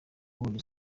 yabonye